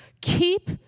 Keep